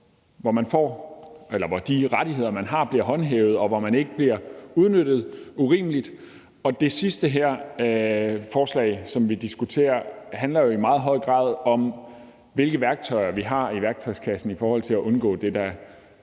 hvor de rettigheder, man har, bliver håndhævet, og hvor man ikke bliver udnyttet urimeligt. Og det fors lag, vi diskuterer her, handler jo i meget høj grad om, hvilke værktøjer vi har i værktøjskassen i forhold til at undgå det, som